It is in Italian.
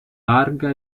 larga